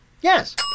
Yes